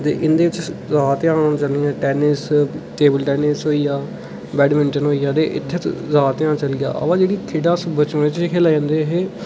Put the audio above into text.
ते इं'दे च जैदा ध्यान जियां टैनिस टेबल टैनिस होई गेआ बैडमिंटन होई गेआ ते इत्थै जैदा ध्यान चली गेआ बा जेह्की खेढां बचपन च ही खेढे जंदे हे